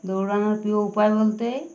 দৌড়ানোর কী উপায় বলতে